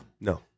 No